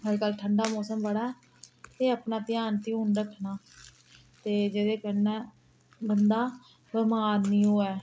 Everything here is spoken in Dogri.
अज्जकल ठंडा मौसम बड़ा ते अपना ध्यान ध्युन रक्खना ते जेह्दे कन्नै बंदा बमार नी होऐ